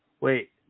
Wait